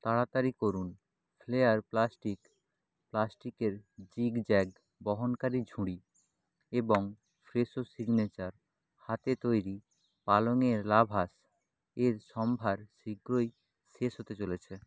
তাড়াতাড়ি করুন Flair plastic প্লাস্টিকের জিগ জ্যাগ বহনকারী ঝুড়ি এবং ফ্রেশো সিগনেচার হাতে তৈরি পালঙের লাভাশ এর সম্ভার শীঘ্রই শেষ হতে চলেছে